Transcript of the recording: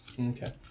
Okay